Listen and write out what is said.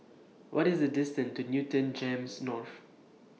What IS The distance to Newton Gems North